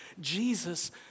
Jesus